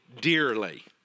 dearly